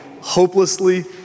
hopelessly